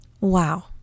Wow